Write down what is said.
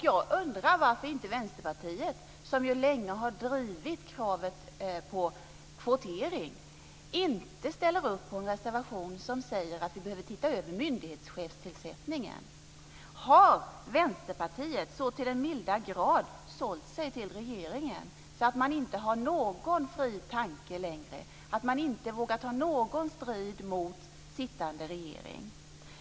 Jag undrar varför inte Vänsterpartiet, som ju länge har drivit kravet på kvotering, inte ställer upp på en reservation som går ut på att vi behöver se över myndighetschefstillsättningen. Har Vänsterpartiet så till den milda grad sålt sig till regeringen att man inte har någon fri tanke längre, att man inte vågar ta strid mot sittande regering?